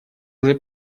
уже